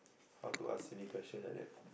how to ask silly question like that